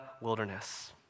wilderness